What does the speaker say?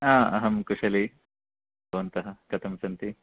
हा अहं कुशली भवन्तः कथं सन्ति